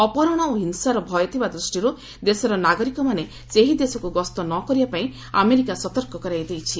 ଅପହରଣ ଓ ହିଂସାର ଭୟ ଥିବା ଦୂଷ୍ଟିରୁ ଦେଶର ନାଗରିକମାନେ ସେହି ଦେଶକୁ ଗସ୍ତ ନ କରିବା ପାଇଁ ଆମେରିକା ସତର୍କ କରାଇଦେଇଛି